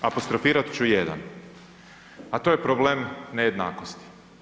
Apostrofirat ću jedan, a to je problem nejednakosti.